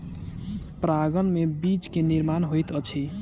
परागन में बीज के निर्माण होइत अछि